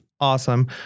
awesome